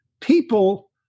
people